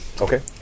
Okay